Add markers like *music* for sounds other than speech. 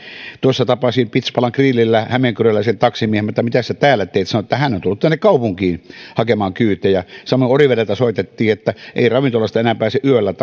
tuossa tapasin pizpalan grillillä hämeenkyröläisen taksimiehen kysyin että mitäs sinä täällä teet sanoi että hän on tullut tänne kaupunkiin hakemaan kyytejä samoin orivedeltä soitettiin että ei ravintolasta enää pääse yöllä *unintelligible*